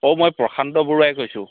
অ' মই প্ৰশান্ত বৰুৱাই কৈছোঁ